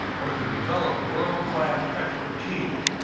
or to develop world-class expertise,